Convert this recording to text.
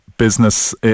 business